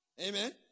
Amen